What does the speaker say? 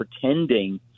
pretending